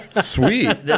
sweet